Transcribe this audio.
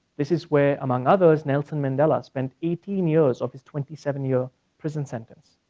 this is where among others, nelson mandela, spent eighteen years of his twenty seven year prison sentence,